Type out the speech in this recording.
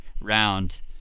round